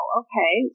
okay